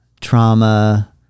trauma